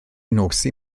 nosi